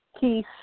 Keith